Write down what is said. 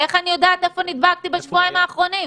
איך אני יודעת איפה נדבקתי בשבועיים האחרונים?